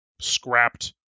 scrapped